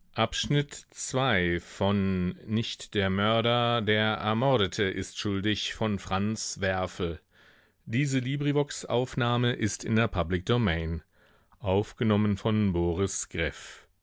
nicht der mörder der ermordete ist schuldig